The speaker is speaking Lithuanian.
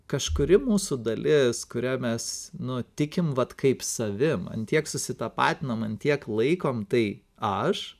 kažkuri mūsų dalis kuria mes nu tikim vat kaip savim ant tiek susitapatinam ant tiek laikom tai aš